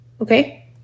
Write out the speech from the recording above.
Okay